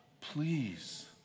Please